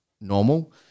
normal